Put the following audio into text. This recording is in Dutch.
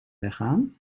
weggaan